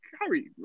Harry